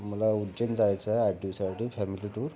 मला उज्जैनला जायचंय आठ दिवसासाठी फॅमिली टूर